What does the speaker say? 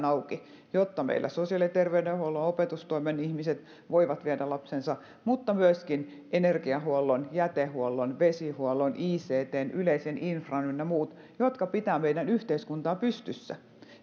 auki jotta meillä sosiaali ja terveydenhuollon ja opetustoimen ihmiset voivat viedä sinne lapsensa mutta myöskin energiahuollon jätehuollon vesihuollon ictn yleisen infran ihmiset ynnä muut jotka pitävät meidän yhteiskuntaa pystyssä